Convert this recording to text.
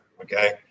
Okay